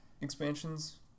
expansions